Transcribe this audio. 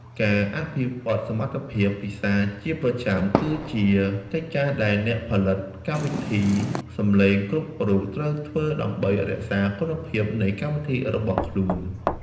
ការអភិវឌ្ឍសមត្ថភាពភាសាជាប្រចាំគឺជាកិច្ចការដែលអ្នកផលិតកម្មវិធីសំឡេងគ្រប់រូបត្រូវធ្វើដើម្បីរក្សាគុណភាពនៃកម្មវិធីរបស់ខ្លួន។